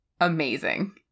Amazing